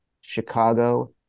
Chicago